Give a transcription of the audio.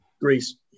Greece